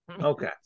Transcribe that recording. okay